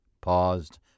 paused